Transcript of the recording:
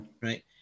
right